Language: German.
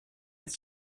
ist